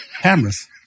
cameras